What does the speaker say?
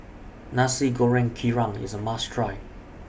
Nasi Goreng Kerang IS A must Try